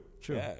True